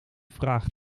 vraag